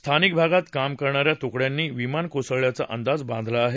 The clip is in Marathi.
स्थानिक भागात काम करणाऱ्या तुकड्यांनी विमान कोसळल्याचा अंदाज बांधला आहे